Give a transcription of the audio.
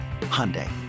Hyundai